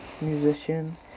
musician